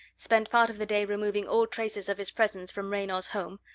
spent part of the day removing all traces of his presence from raynor's home,